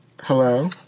Hello